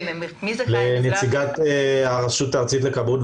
למען הסר ספק,